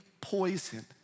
poison